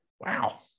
Wow